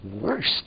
worst